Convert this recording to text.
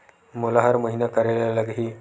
मोला हर महीना करे ल लगही?